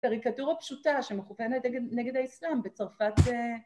קריקטורה פשוטה שמכוונת ‫נגד האסלאם בצרפת